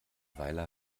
weile